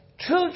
true